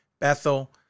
Bethel